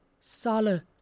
Salah